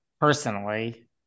Personally